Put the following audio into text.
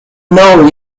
know